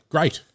Great